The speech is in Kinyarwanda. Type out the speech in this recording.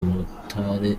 umutare